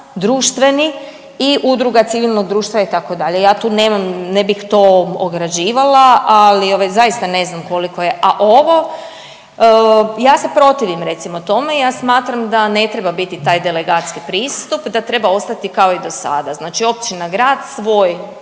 društveni i udruga civilnog društva, itd. Ja tu nemam, ne bih to ograđivala, ali ovaj, zaista ne znam koliko je, a ovo ja se protivim, recimo tome, ja smatram da ne treba biti taj delegatski pristup, da treba ostati kao i do sada, znači općina, grad svoj